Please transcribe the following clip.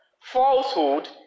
Falsehood